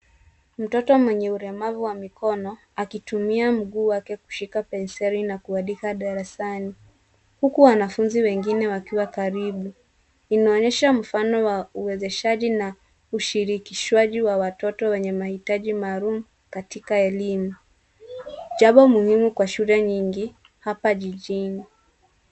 Mtoto mwenye ulemavu wa mikono akitumia mguu wake kushika penseli na kuandika darasani huku wanafunzi wengine wakiwa karibu. Inaonyesha mfano wa uwezeshaji na ushirikishwaji wa watoto wenye mahitaji maalumu katika elimu jambo muhumu kwa shule nyingi hapa jijini.